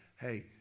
hey